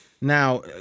Now